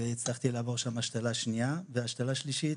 והצלחתי לעבור שם השתלה שנייה, והשתלה שלישית